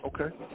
Okay